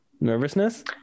Nervousness